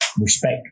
respect